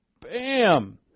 Bam